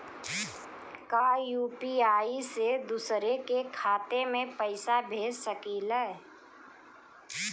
का यू.पी.आई से दूसरे के खाते में पैसा भेज सकी ले?